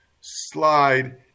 slide